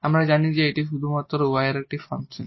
আমরা জানি যে এটি শুধুমাত্র y এর একটি ফাংশন